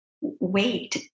wait